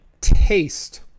taste